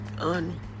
On